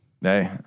Hey